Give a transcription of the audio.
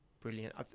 Brilliant